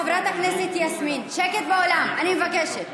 חברת הכנסת יסמין, שקט באולם, אני מבקשת.